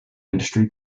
industry